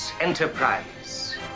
Enterprise